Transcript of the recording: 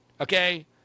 okay